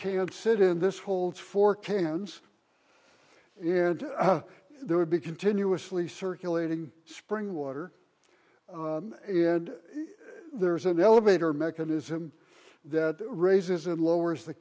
kids sit in this holds for cans yes there would be continuously circulating spring water and there is an elevator mechanism that raises and lowers the